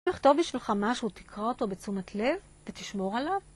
הוא יכתוב בשבילך משהו, תקרא אותו בתשומת לב ותשמור עליו.